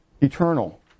eternal